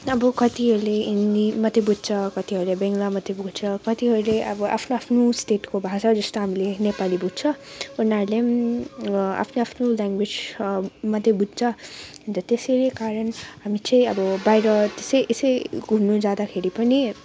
अब कतिहरूले हिन्दी मात्रै बुझ्छ कतिहरूले बङ्गला मात्रै बुझ्छ र कतिहरूले अब आफ्नो आफ्नो स्टेटको भाषा जस्तो हामीले नेपाली बुझ्छ उनीहरूले पनि आफ्नो आफ्नो ल्याङ्गवेज मात्रै बुझ्छ अन्त त्यसरी कारण हामी चाहिँ अब बाहिर त्यसै यसै घुम्नु जाँदाखेरि पनि